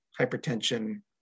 hypertension